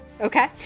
Okay